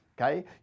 okay